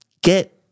get